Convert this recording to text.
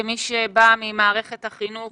כמי שבאה ממערכת החינוך